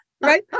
right